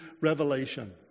revelation